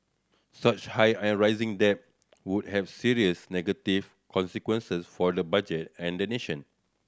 such high and rising debt would have serious negative consequences for the budget and the nation